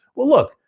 well, look,